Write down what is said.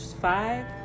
five